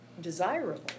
desirable